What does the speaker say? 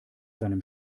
seinem